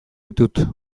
ditut